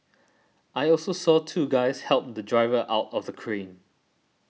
I also saw two guys help the driver out from the crane